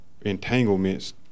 entanglements